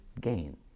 gain